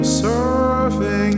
surfing